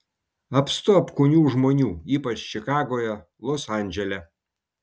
apstu apkūnių žmonių ypač čikagoje los andžele